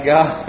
God